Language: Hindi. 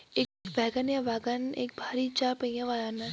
एक वैगन या वाग्गन एक भारी चार पहिया वाहन है